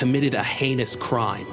committed a heinous crime